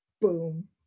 boom